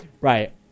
Right